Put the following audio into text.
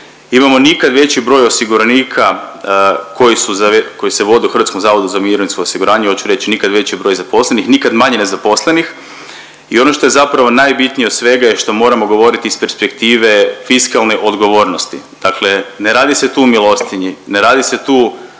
imamo nikad veći broj osiguranika koji se vode u Hrvatskom zavodu za mirovinsko osiguranje, hoću reći nikad veći broj zaposlenih, nikad manje nezaposlenih. I ono što je zapravo najbitnije od svega je što moramo govoriti iz perspektive fiskalne odgovornosti. Dakle, ne radi se tu o milostinji, ne radi se tu